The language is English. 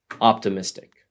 optimistic